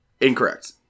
Incorrect